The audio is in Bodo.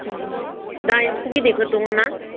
उम दा एम्फौ बिदैफोर दङ ना